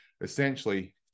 essentially